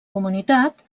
comunitat